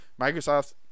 microsoft